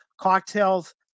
cocktails